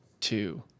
two